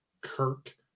kirk